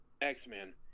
X-Men